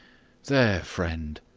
there, friend,